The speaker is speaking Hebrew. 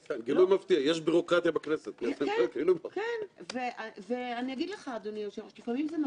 שהדוח הזה הוא פרק חשוב מאוד בחיי הפרלמנט שלנו.